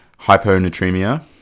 hyponatremia